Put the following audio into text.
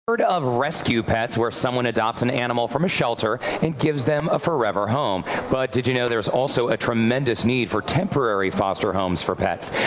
heard of rescue pets where someone adopts an animal from a shelter and gives them a forever home. but did you know there was also a tremendous need for temporary foster homes for pets?